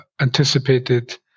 anticipated